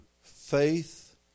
faith